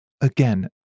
Again